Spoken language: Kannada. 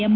ಎಂ